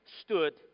stood